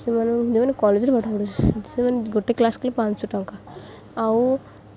ସେମାନଙ୍କୁ ଯେଉଁମାନେ କଲେଜରେ ପାଠ ସେମାନେ ଗୋଟେ କ୍ଲାସ୍ କଲେ ପାଞ୍ଚଶହ ଟଙ୍କା ଆଉ